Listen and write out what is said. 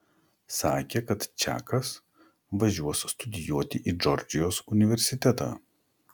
sakė kad čakas važiuos studijuoti į džordžijos universitetą